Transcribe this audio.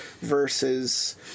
versus